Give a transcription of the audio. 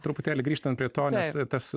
truputėlį grįžtant prie to nes tas